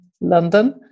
London